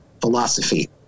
philosophy